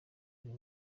uyu